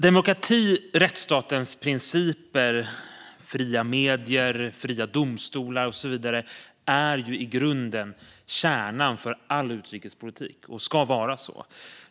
Demokrati, rättsstatens principer, fria medier, fria domstolar och så vidare är i grunden kärnan för all utrikespolitik och ska vara så.